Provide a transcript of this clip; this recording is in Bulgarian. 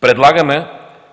Предлагаме